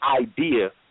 idea